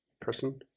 person